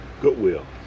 goodwill